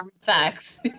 Facts